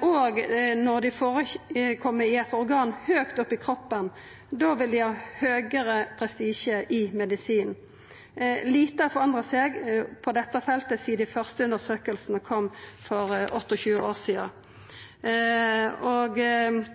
Og når sjukdomane førekjem i eit organ høgt oppe i kroppen, vil dei ha høgare prestisje i medisinen. Lite har forandra seg på dette feltet sidan dei første undersøkingane kom for 28 år sidan, og